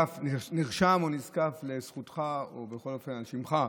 נרשם או נזקף לזכותך או בכל אופן על שמך,